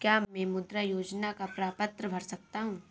क्या मैं मुद्रा योजना का प्रपत्र भर सकता हूँ?